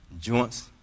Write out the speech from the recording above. Joints